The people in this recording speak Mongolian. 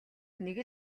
нэг